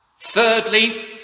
Thirdly